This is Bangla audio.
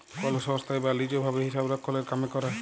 কল সংস্থায় বা লিজ ভাবে হিসাবরক্ষলের কামে ক্যরে